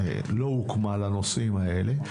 לא הוקמה לנושאים האלה,